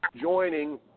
joining